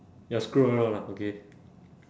ya screw around lah okay